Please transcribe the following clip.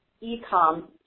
e-com